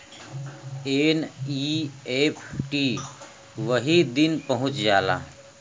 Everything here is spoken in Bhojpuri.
एन.ई.एफ.टी वही दिन पहुंच जाला